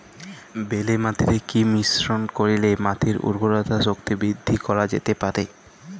বেলে মাটিতে কি মিশ্রণ করিলে মাটির উর্বরতা শক্তি বৃদ্ধি করা যেতে পারে?